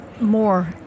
more